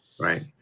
Right